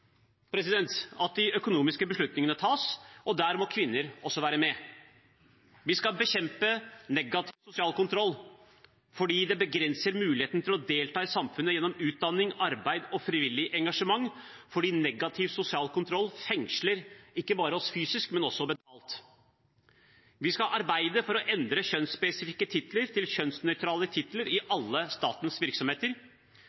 at de økonomiske beslutningene tas, og der må kvinner også være med. Vi skal bekjempe negativ sosial kontroll, fordi det begrenser mulighetene for å delta i samfunnet gjennom utdanning, arbeid og frivillig engasjement. Negativ sosial kontroll fengsler oss ikke bare fysisk, men også mentalt. Vi skal arbeide for å endre kjønnsspesifikke titler til kjønnsnøytrale titler i